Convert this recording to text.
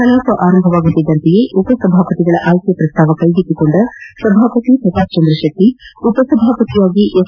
ಕಲಾಪ ಆರಂಭವಾಗುತ್ತಿದ್ದಂತೆ ಉಪಸಭಾಪತಿಗಳ ಆಯ್ಕೆ ಪ್ರಸ್ತಾವ ಕೈಗೆತ್ತಿಕೊಂಡ ಸಭಾಪತಿ ಪ್ರತಾಪ್ ಚಂದ್ರ ಶೆಟ್ಟಿ ಉಪಸಭಾಪತಿಯಾಗಿ ಎಸ್